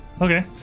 Okay